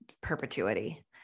perpetuity